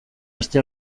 aste